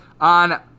on